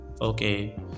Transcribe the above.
okay